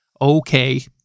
Okay